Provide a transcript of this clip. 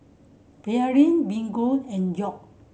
Pearlene Miguel and York